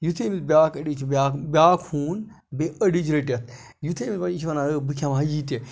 یتھُے أمِس بیٛاکھ أڑِچ چھِ بیٛاکھ بیٛاکھ ہوٗن بیٚیہِ أڈِج رٔٹِتھ یتھُے أمِس یہِ چھِ وَنان ہو بہٕ کھٮ۪مہٕ ہا یہِ تہِ